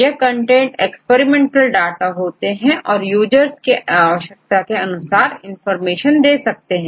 यह content experimental data होते हैं और यूजर्स के आवश्यकता के अनुसार इंफॉर्मेशन दे सकते हैं